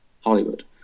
Hollywood